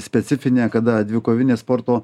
specifine kada dvikovinės sporto